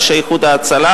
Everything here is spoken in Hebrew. אנשי "איחוד הצלה",